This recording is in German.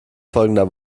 folgender